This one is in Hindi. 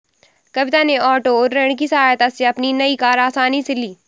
कविता ने ओटो ऋण की सहायता से अपनी नई कार आसानी से ली